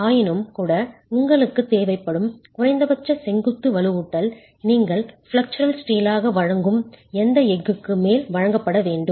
ஆயினும்கூட உங்களுக்குத் தேவைப்படும் குறைந்தபட்ச செங்குத்து வலுவூட்டல் நீங்கள் ஃப்ளெக்சுரல் ஸ்டீலாக வழங்கும் இந்த எஃகுக்கு மேல் வழங்கப்பட வேண்டும்